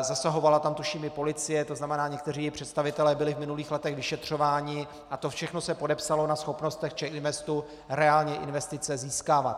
zasahovala tam tuším i policie, to znamená, někteří její představitelé byli v minulých letech vyšetřováni a to všechno se podepsalo na schopnostech CzechInvestu reálně investice získávat.